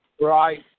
Right